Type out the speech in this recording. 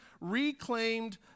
reclaimed